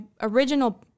original